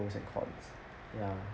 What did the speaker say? pros and cons ya